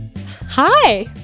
Hi